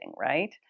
right